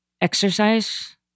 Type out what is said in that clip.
exercise